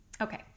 Okay